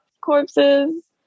corpses